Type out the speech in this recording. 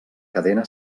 cadena